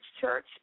church